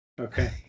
Okay